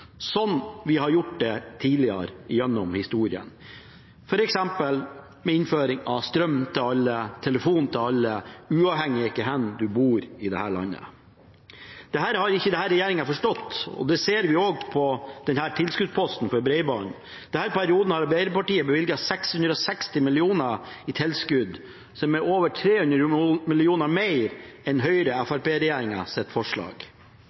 slik man har gjort det tidligere gjennom historien, f.eks. ved innføring av strøm og telefon til alle, uavhengig av hvor en bor i landet. Det har ikke denne regjeringen forstått, og det ser vi på tilskuddsposten for bredbånd. Denne perioden har Arbeiderpartiet bevilget 660 mill. kr i tilskudd, som er over 300 mill. kr mer enn Høyre–Fremskrittsparti-regjeringens forslag.